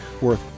worth